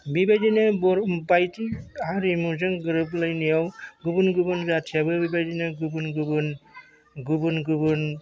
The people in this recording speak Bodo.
बेबायदिनो बायदि हारिमुजों गोरोब लायनायाव गुबुन गुबुन जाथियाबो बेबायदिनो गुबुन गुबुन